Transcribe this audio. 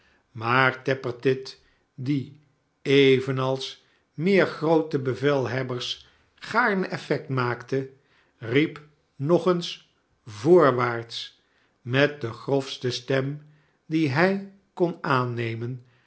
maar tappertit die evenals meer groote bevelhebbers gaarne effect maakte riep nog eens voorwaarts met de grofste stem die hij kon aannemen